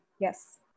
yes